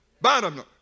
Bottom